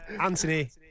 Anthony